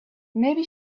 maybe